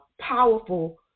powerful